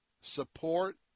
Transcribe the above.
support